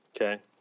Okay